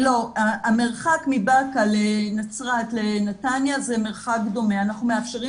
המרחק מבאקה לנצרת ולנתניה זה מרחק דומה ואנחנו מאפשרים